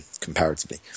comparatively